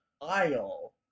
aisle